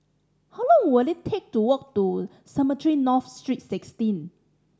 how long will it take to walk to Cemetry North Street Sixteen